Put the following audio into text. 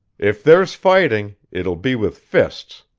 if there's fighting, it will be with fists.